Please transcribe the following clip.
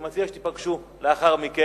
אני מציע שתיפגשו לאחר מכן